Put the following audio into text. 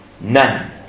none